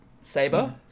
saber